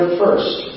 first